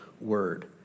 word